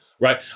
right